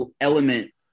element